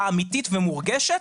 כשרון תומר לקראת הסוף הגיע.